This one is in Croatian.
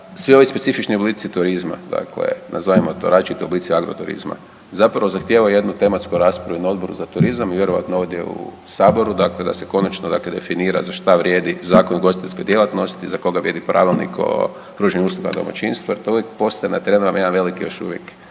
svi ovi specifični oblici turizma, dakle nazovimo to različiti oblici agroturizma zapravo zahtijevaju jednu tematsku raspravu na Odboru za turizam i vjerojatno ovdje u saboru dakle da se konačno dakle definira za šta vrijedi Zakon o ugostiteljskoj djelatnosti, za koga vrijedi Pravilnik o pružanju usluga u domaćinstvu jer to uvijek postaje na terenu jedan veliki još uvijek